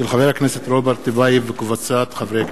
מאת חבר הכנסת אילן גילאון,